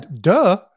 Duh